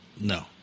No